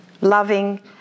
Loving